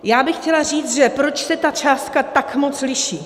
Já bych chtěla říci, proč se ta částka tak moc liší.